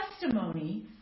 testimony